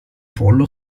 pollo